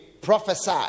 prophesy